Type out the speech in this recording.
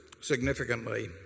significantly